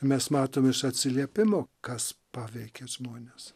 mes matome iš atsiliepimų kas paveikia žmones